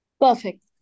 Perfect